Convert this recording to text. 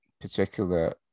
particular